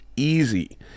easy